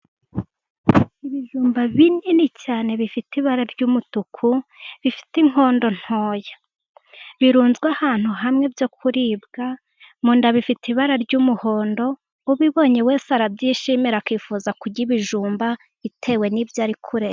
Ibijumba binini cyane bifite ibara ry'umutuku, bifite inkondo ntoya. Birunzwe ahantu hamwe byo kuribwa, mu nda bifite ibara ry'umuhondo, ubibonye wese arabyishimira akifuza kurya ibijumba, bitewe n'ibyo ari kureba.